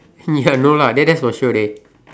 ya no lah dey that's for sure dey